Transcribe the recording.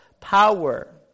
power